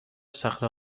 صخره